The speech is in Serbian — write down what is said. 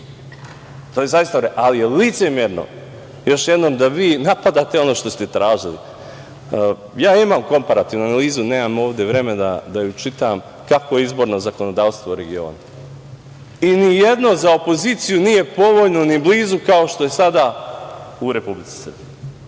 to omogućili. Ali, licemerno je da vi napadate ono što ste tražili. Imam komparativnu analizu, nemam ovde vremena da je čitam, kakvo je izborno zakonodavstvo u regionu. Ni jedno za opoziciju nije povoljno, ni blizu, kao što je sada u Republici